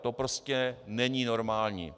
To prostě není normální.